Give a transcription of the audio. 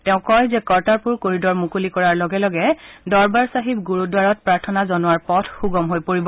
তেওঁ কয় যে কৰ্টাৰপূৰ কৰিডৰ মুকলি কৰাৰ লগে লগে দৰবাৰ চাহিব গুৰুদ্বাৰত প্ৰাৰ্থনা জনোৱাৰ পথ সুগম হৈ পৰিব